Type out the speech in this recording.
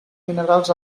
minerals